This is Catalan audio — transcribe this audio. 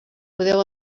podeu